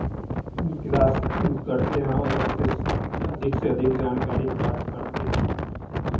class करते हैं और उससे अधिक से अधिक जानकारी प्राप्त करते हैं